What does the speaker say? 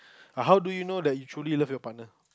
err how do you know that you truly love your partner